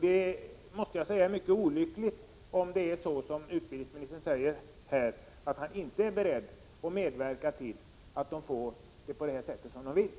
Det är mycket olyckligt om det är så som utbildningsministern säger här, att han inte är beredd att medverka till en sådan lösning.